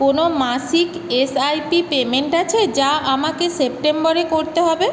কোনও মাসিক S I P payment আছে যা আমাকে সেপ্টেম্বরে করতে হবে